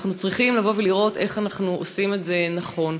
ואנחנו צריכים לראות איך אנחנו עושים את זה נכון.